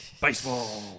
baseball